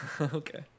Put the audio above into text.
Okay